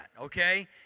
okay